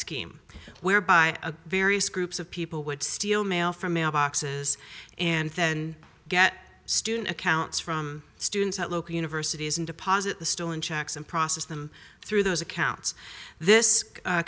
scheme whereby a various groups of people would steal mail from mailboxes and then get student accounts from students at local universities and deposit the stolen checks and process them through those accounts this